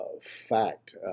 fact